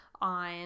On